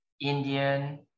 Indian